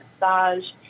massage